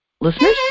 listeners